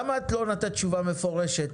למה את לא נותנת תשובה מפורטת?